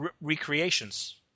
recreations